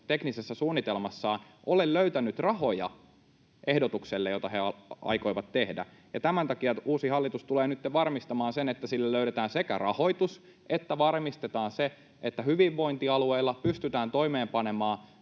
teknisessä suunnitelmassaan ole löytänyt rahoja ehdotukselle, jota he aikoivat tehdä. Tämän takia uusi hallitus tulee nytten varmistamaan sen, että sille sekä löydetään rahoitus että varmistetaan se, että hyvinvointialueilla pystytään toimeenpanemaan